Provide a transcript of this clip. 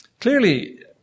Clearly